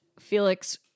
Felix